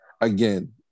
again